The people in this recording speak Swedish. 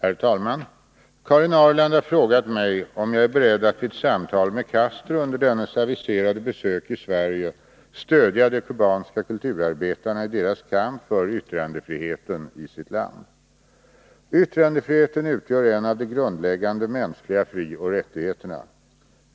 Herr talman! Karin Ahrland har frågat mig om jag är beredd att vid samtal med Castro under dennes aviserade besök i Sverige stödja de kubanska kulturarbetarna i deras kamp för yttrandefriheten i sitt land. Yttrandefriheten utgör en av de grundläggande mänskliga frioch rättigheterna.